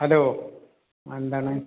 hello ആ എന്താണ്